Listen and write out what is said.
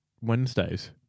Wednesdays